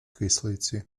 кислиці